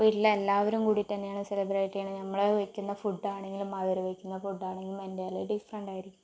വീട്ടിലെ എല്ലാവരും കൂടിട്ടന്നെയാണ് സെലിബ്രേറ്റ് ചെയ്യുന്നത് നമ്മൾ വെക്കുന്ന ഫുഡാണെങ്കിലും അവര് വെക്കുന്ന ഫുഡാണെങ്കിലും എൻ്റേർലി ഡിഫ്റെൻ്റായിരിക്കും